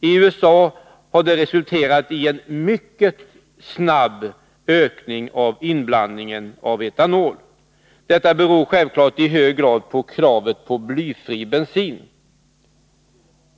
I USA har det resulterat i en mycket snabb ökning av inblandningen av etanol. Detta beror självfallet i hög grad på kravet på blyfri bensin.